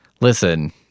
listen